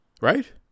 Right